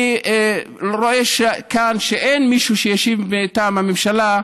אני רואה כאן שאין מישהו שישיב מטעם הממשלה,